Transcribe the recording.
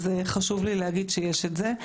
אז חשוב לי להגיד שיש את זה.